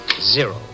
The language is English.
Zero